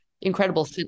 incredible